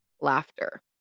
laughter